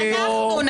אנחנו?